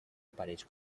pareix